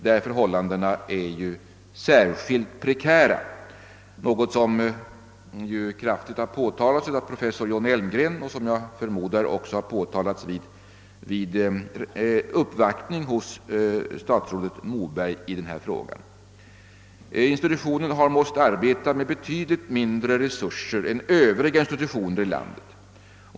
Att dessa är särskilt prekära har ju kraftigt framhållits av professor John Elmgren, och jag förmodar att saken också påtalats vid uppvaktning hos statsrådet Moberg i denna fråga. Institutionen har måst arbeta med betydligt mindre resurser än övriga institutioner i landet.